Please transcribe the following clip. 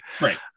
Right